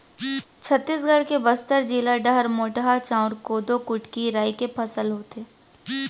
छत्तीसगढ़ के बस्तर जिला डहर मोटहा चाँउर, कोदो, कुटकी, राई के फसल होथे